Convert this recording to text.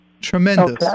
Tremendous